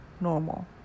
normal